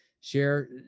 share